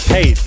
Hey